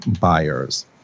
buyers